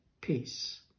Peace